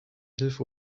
hilfe